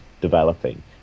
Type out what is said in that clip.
developing